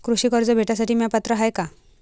कृषी कर्ज भेटासाठी म्या पात्र हाय का?